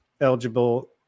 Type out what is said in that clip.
eligible